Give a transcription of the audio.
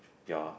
ya